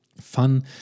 fun